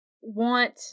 want